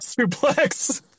suplex